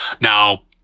Now